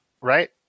right